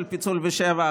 פיצול לשבע,